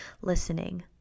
listening